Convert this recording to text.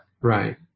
Right